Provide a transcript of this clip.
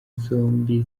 zombi